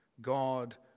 God